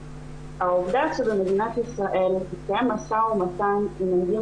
העובדה שבמדינת ישראל מתקיים משא ומתן עם מנהיגים